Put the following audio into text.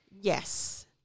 Yes